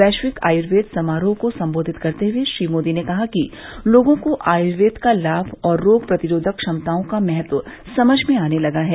वैश्विक आयुर्वेद समारोह को संबोधित करते हुए श्री मोदी ने कहा कि लोगों को आयुर्वेद का लाभ और रोग प्रतिरोधक क्षमताओं का महत्व समझ आने लगा है